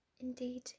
Indeed